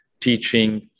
teaching